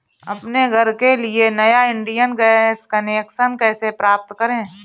अपने घर के लिए नया इंडियन गैस कनेक्शन कैसे प्राप्त करें?